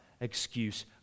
excuse